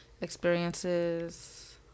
experiences